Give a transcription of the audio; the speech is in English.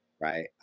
right